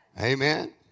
Amen